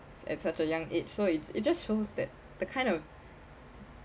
at such a young age so it's it just shows that the kind of